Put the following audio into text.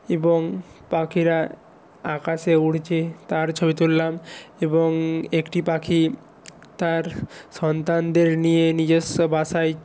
এবং পাখিরা আকাশে উড়ছে তার ছবি তুললাম এবং একটি পাখি তার সন্তানদের নিয়ে নিজস্ব বাসায়